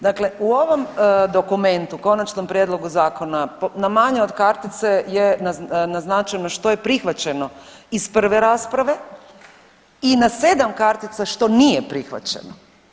Dakle, u ovom dokumentu konačnom prijedlogu zakona na manje od kartice je naznačeno što je prihvaćeno iz prve rasprave i na sedam kartica što nije prihvaćeno.